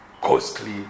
costly